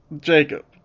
Jacob